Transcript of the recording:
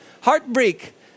Heartbreak